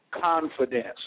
confidence